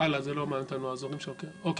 אני